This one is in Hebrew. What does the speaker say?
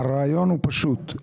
הרעיון הוא פשוט.